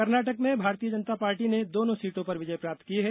कर्नाटक में भारतीय जनता पार्टी ने दोनों सीटों पर विजय प्राप्त की है